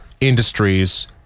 industries